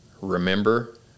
remember